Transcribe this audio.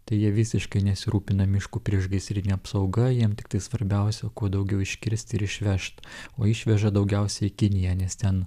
tai jie visiškai nesirūpina miškų priešgaisrine apsauga jiem tiktai svarbiausia kuo daugiau iškirsti ir išvežt o išveža daugiausiai į kiniją nes ten